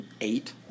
eight